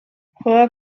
juega